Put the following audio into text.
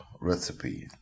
recipe